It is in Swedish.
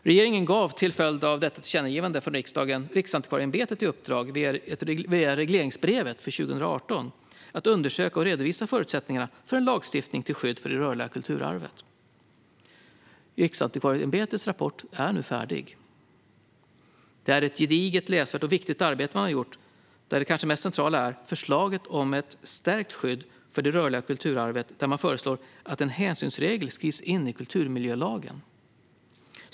Regeringen gav till följd av detta tillkännagivande från riksdagen Riksantikvarieämbetet i uppdrag, via regleringsbrevet för 2018, att undersöka och redovisa förutsättningarna för en lagstiftning till skydd för det rörliga kulturarvet. Riksantikvarieämbetets rapport är nu färdig. Det är ett gediget, läsvärt och viktigt arbete man har gjort. Det kanske mest centrala är förslaget om ett stärkt skydd för det rörliga kulturarvet och att en hänsynsregel skrivs in i kulturmiljölagen.